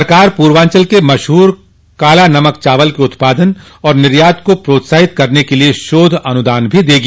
सरकार पूर्वांचल के मशहूर कालानमक चावल के उत्पादन और निर्यात को प्रोत्साहित करने के लिए शोध अनुदान भी देगी